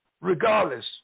Regardless